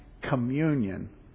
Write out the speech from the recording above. communion